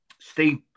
Steve